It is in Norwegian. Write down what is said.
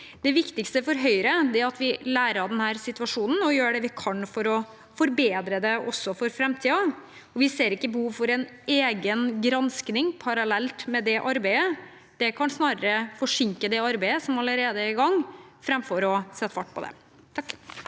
Det viktigste for Høyre er at vi lærer av situasjonen og gjør det vi kan for å forbedre det for framtiden. Vi ser ikke behov for en egen gransking parallelt med det arbeidet. Det kan snarere forsinke det arbeidet som allerede er i gang, framfor å sette fart på det. Sve